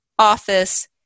office